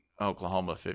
Oklahoma